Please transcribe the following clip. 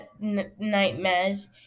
nightmares